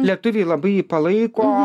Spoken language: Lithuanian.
lietuviai labai jį palaiko